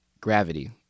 Gravity